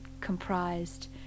comprised